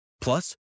Plus